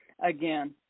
Again